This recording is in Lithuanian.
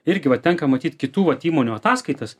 irgi va tenka matyt kitų vat įmonių ataskaitas